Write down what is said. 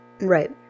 Right